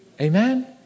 Amen